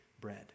bread